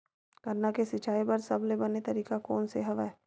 गन्ना के सिंचाई बर सबले बने तरीका कोन से हवय?